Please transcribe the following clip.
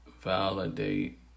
validate